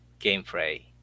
gameplay